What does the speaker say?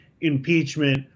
impeachment